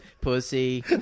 Pussy